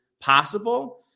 possible